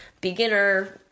beginner –